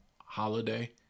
holiday